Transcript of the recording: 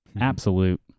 Absolute